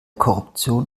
korruption